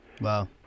Wow